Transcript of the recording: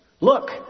Look